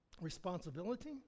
responsibility